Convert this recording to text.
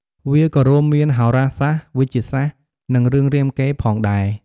វាក៏រួមមានហោរាសាស្ត្រ វេជ្ជសាស្ត្រ និងរឿងរាមកេរ្តិ៍ផងដែរ។